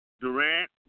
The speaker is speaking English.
Durant